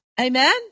amen